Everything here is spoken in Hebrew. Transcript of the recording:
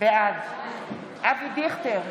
בעד אבי דיכטר,